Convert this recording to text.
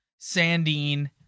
Sandine